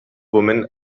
women